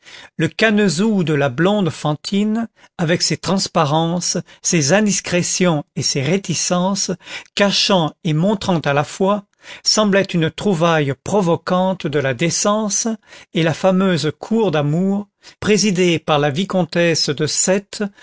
le canezou de la blonde fantine avec ses transparences ses indiscrétions et ses réticences cachant et montrant à la fois semblait une trouvaille provocante de la décence et la fameuse cour d'amour présidée par la vicomtesse de cette